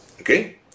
Okay